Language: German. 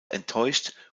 enttäuscht